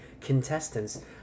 contestants